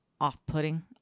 off-putting